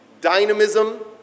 Dynamism